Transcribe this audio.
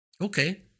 Okay